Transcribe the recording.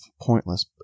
pointless